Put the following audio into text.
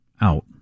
out